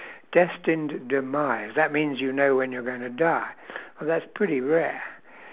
destined demise that means you know when you're gonna die well that's pretty rare